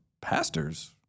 pastors